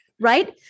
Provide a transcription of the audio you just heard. right